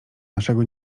naszego